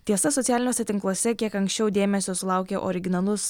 tiesa socialiniuose tinkluose kiek anksčiau dėmesio sulaukė originalus